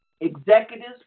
executives